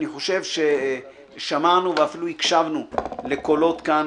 אני חושב ששמענו ואפילו הקשבנו לקולות כאן